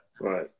right